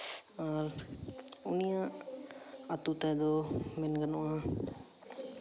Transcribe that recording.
ᱟᱨ ᱩᱱᱤᱭᱟᱜ ᱟᱛᱳ ᱛᱟᱭ ᱫᱚ ᱢᱮᱱ ᱜᱟᱱᱚᱜᱼᱟ